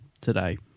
today